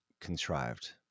contrived